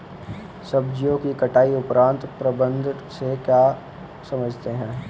सब्जियों की कटाई उपरांत प्रबंधन से आप क्या समझते हैं?